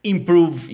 Improve